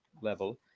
level